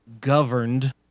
governed